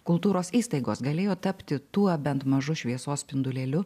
kultūros įstaigos galėjo tapti tuo bent mažu šviesos spindulėliu